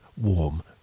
warm